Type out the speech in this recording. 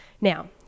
Now